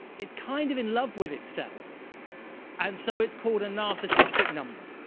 it's kind of in love with itself and so it's called a narcissistic number.